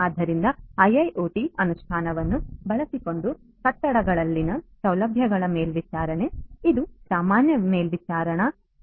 ಆದ್ದರಿಂದ ಐಐಒಟಿIIoT ಅನುಷ್ಠಾನವನ್ನು ಬಳಸಿಕೊಂಡು ಕಟ್ಟಡಗಳಲ್ಲಿನ ಸೌಲಭ್ಯಗಳ ಮೇಲ್ವಿಚಾರಣೆಗೆ ಇದು ಸಾಮಾನ್ಯ ಮೇಲ್ವಿಚಾರಣಾ ಕೇಂದ್ರವಾಗಲಿದೆ